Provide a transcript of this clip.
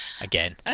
Again